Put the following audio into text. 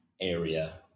area